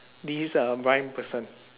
this uh blind person